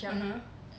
(uh huh)